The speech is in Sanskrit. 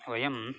वयं